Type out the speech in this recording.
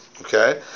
okay